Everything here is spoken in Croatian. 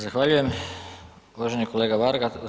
Zahvaljujem uvaženi kolega Varga.